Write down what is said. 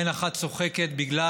עין אחת צוחקת, בגלל